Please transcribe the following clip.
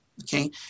okay